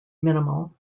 minimal